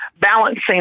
balancing